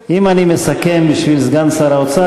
אם אני מסכם בשביל סגן שר האוצר,